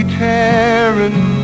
tearing